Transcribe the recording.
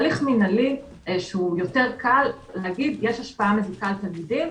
הליך מנהלי שהוא יותר קל נגיד יש השפעה מזיקה על תלמידים,